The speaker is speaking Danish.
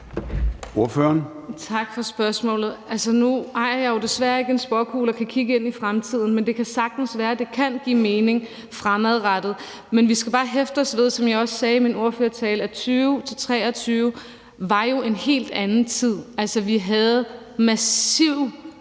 Tak for spørgsmålet. Nu ejer jeg jo desværre ikke en spåkugle og kan kigge ind i fremtiden, men det kan sagtens være, at det kan give mening fremadrettet. Men vi skal bare hæfte os ved, som jeg også sagde i min ordførertale, at 2020-2023 jo var en helt anden tid. Vi havde massive